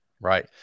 Right